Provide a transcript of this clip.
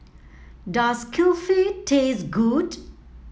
does Kulfi taste good